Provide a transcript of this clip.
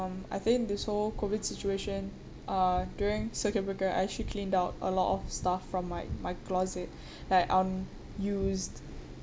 um I think this whole COVID situation uh during circuit breaker I actually cleaned out a lot of stuff from my my closet like um used